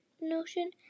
notion